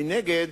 מנגד,